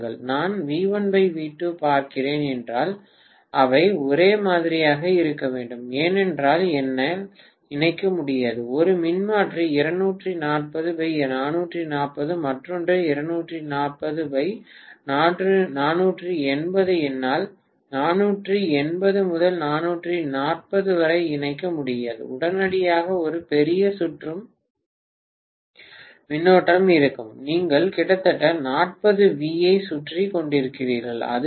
நான் V1V2 பார்க்கிறேன் என்றால் அவை ஒரே மாதிரியாக இருக்க வேண்டும் ஏனென்றால் என்னால் இணைக்க முடியாது ஒரு மின்மாற்றி 240440 மற்றொன்று 240480 என்னால் 480 முதல் 440 வரை இணைக்க முடியாது உடனடியாக ஒரு பெரிய சுற்றும் மின்னோட்டம் இருக்கும் நீங்கள் கிட்டத்தட்ட 40 V ஐ சுற்றிக் கொண்டிருக்கிறீர்கள் அதுதான்